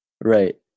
right